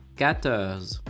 quatorze